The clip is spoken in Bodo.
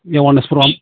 awareness programme